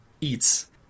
eats